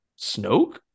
Snoke